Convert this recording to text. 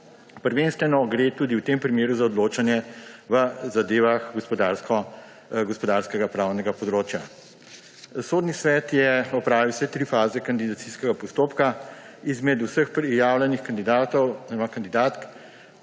Prvenstveno gre tudi v tem primeru za odločanje v zadevah gospodarskega pravnega področja. Sodni svet je opravil vse tri faze kandidacijskega postopka, izmed vseh prijavljenih kandidatov oziroma